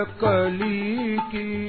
kaliki